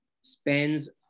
spends